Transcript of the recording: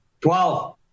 Twelve